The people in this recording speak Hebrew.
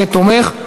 כתומך.